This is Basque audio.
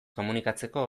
komunikatzeko